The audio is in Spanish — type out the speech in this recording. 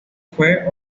fue